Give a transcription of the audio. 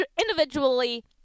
Individually